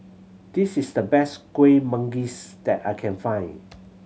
this is the best Kuih Manggis that I can find